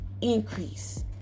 increase